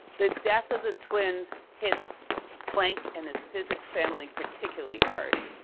the death of the twins hit planck and his physics family, particularly, hard.